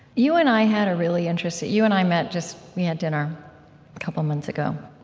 you and i had a really interesting you and i met just we had dinner a couple months ago,